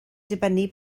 dibynnu